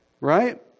Right